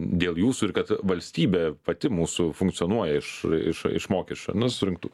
dėl jūsų ir kad valstybė pati mūsų funkcionuoja iš iš iš mokesčių nu surinktų